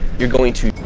you're going to to